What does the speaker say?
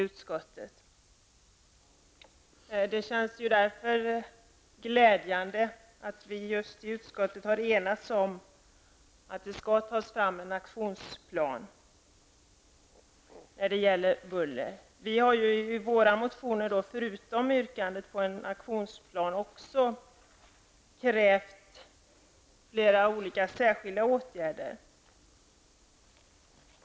Det känns därför glädjande att vi i utskottet har enats om att det skall tas fram en aktionsplan beträffande buller. Vi har ju i våra motioner, förutom yrkandet på en aktionsplan, också krävt flera olika särskilda åtgärder.